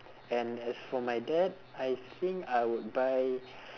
and as for my dad I think I would buy